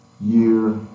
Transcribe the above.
year